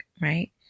right